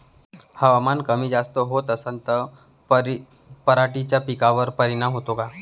हवामान कमी जास्त होत असन त पराटीच्या पिकावर परिनाम होते का?